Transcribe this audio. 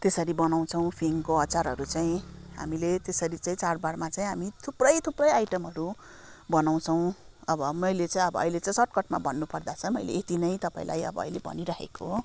त्यसरी बनाउँछौँ फिङको अचारहरू चाहिँ हामीले त्यसरी चाहिँ चाडबाडमा चाहिँ हामी थुप्रै थुप्रै आइटमहरू बनाउँछौँ अब अब मैले चाहिँ अहिले चाहिँ सर्टकर्टमा भन्नु पर्दा चाहिँ मैले यति नै तपाईँलाई अब भनिराखेको हो